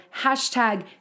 hashtag